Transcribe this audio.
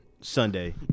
Sunday